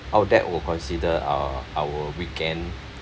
oh that would consider uh our weekend